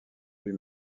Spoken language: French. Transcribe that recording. lui